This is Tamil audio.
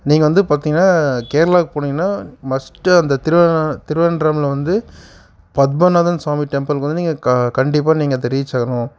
நீங்கள் வந்து பார்த்தீங்னா கேரளாவுக்கு போனீங்கன்னால் மஸ்ட்டு அந்த திருவானந்த் திருவேன்றமில் வந்து பத்மநாதன் சுவாமி டெம்பிளுக்கு வந்து நீங்கள் க கண்டிப்பாக நீங்கள் அதை ரீச் ஆகணும்